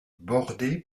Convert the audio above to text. bordé